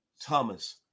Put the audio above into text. Thomas